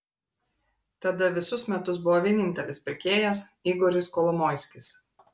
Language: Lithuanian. tada visus metus buvo vienintelis pirkėjas igoris kolomoiskis